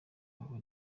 abo